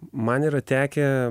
man yra tekę